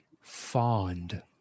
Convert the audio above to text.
fond